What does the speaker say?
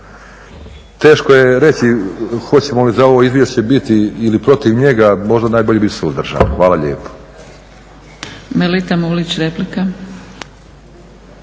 Teško je reći hoćemo li za ovo izvješće biti ili protiv njega, možda najbolje biti suzdržan. Hvala lijepo. **Zgrebec, Dragica